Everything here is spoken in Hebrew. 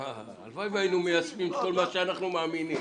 הלוואי והיינו מיישמים את כל מה שאנחנו מאמינים בו.